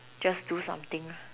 just do something